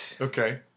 Okay